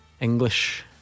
English